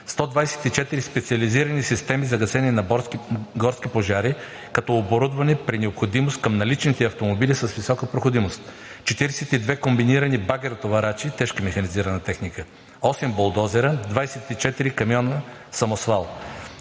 124 специализирани системи за гасене на горски пожари, като оборудвани при необходимост към наличните автомобили с висока проходимост; 42 комбинирани багери товарачи – тежка механизирана техника; 8 булдозера; 24 камиона самосвал,